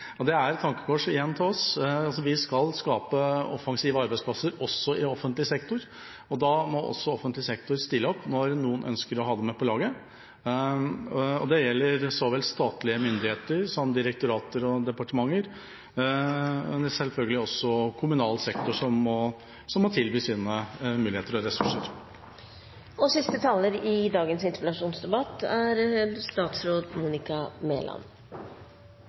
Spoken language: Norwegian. og det er igjen et tankekors for oss. Vi skal skape offensive arbeidsplasser også i offentlig sektor. Da må offentlig sektor stille opp når noen ønsker å ha dem med på laget. Det gjelder så vel statlige myndigheter som direktorater og departementer, og selvfølgelig også kommunal sektor, som må tilby sine muligheter og ressurser. Takk for en god debatt. Jeg vil takke interpellanten for å ta opp et spørsmål som ikke er